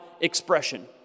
expression